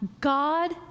God